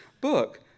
book